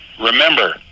Remember